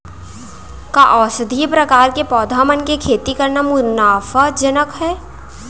का औषधीय प्रकार के पौधा मन के खेती करना मुनाफाजनक हे?